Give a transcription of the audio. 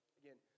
again